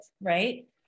right